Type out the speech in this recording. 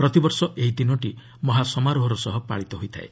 ପ୍ରତିବର୍ଷ ଏହି ଦିନଟି ମହାସମାରୋହ ସହ ପାଳିତ ହୋଇଥାଏ